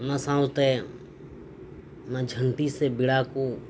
ᱚᱱᱟ ᱥᱟᱶᱛᱮ ᱚᱱᱟ ᱡᱷᱟᱱᱴᱤ ᱥᱮ ᱵᱮᱲᱟ ᱠᱚ